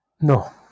No